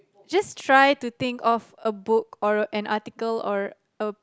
just try to think of a book or an article or a